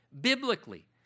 biblically